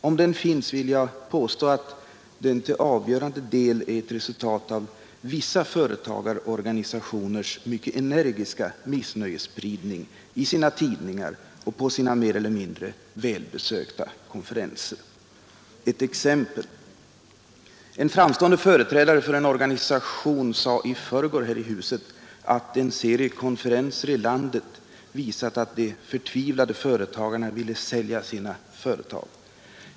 Om den finns, vill jag påstå att den till avgörande del är ett resultat av vissa företagarorganisationers mycket energiska missnöjesspridning i sina tidningar och på sina mer eller mindre välbesökta konferenser. Ett exempel: En framstående företrädare för en organisation sade i förrgår här i huset att en serie konferenser i landet visat att de förtvivlade företagarna ville sälja sina företag.